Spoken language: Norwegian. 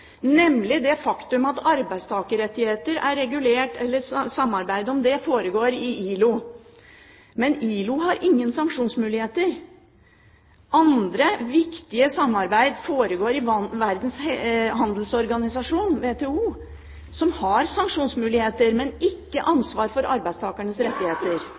nemlig det faktum at samarbeidet om arbeidstakerrettigheter foregår i ILO. Men ILO har ingen sanksjonsmuligheter. Andre viktige samarbeid foregår i Verdens handelsorganisasjon, WTO, som har sanksjonsmuligheter, men ikke ansvar for arbeidstakernes rettigheter.